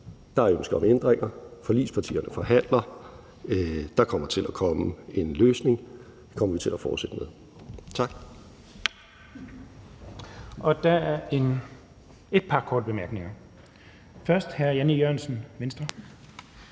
der er ønske om ændringer, forligspartierne forhandler. Der kommer til at komme en løsning, det kommer vi til at fortsætte med. Tak. Kl. 11:41 Den fg. formand (Jens Henrik